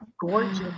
gorgeous